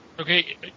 Okay